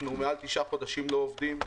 אנחנו יותר מתשעה חודשים לא עובדים.